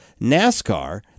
NASCAR